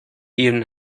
even